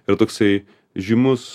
ir toksai žymus